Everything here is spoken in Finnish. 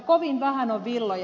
kovin vähän on villoja